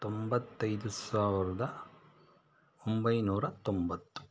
ತೊಂಬತ್ತೈದು ಸಾವಿರದ ಒಂಬೈನೂರ ತೊಂಬತ್ತು